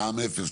מע"מ אפס,